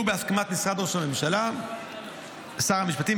בהסכמת משרד ראש הממשלה ושר המשפטים,